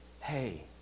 Hey